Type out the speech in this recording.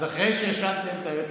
את חברה, בסוף, די.